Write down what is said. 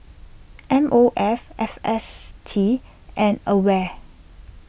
M O F F S T and Aware